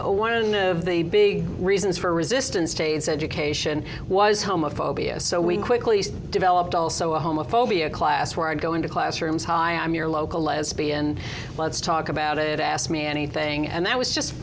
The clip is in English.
no one of the big reasons for resistance to its education was homophobia so we quickly developed also a homophobia class where i go into classrooms hi i'm your local lesbian let's talk about it ask me anything and that was just